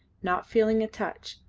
not feeling a touch,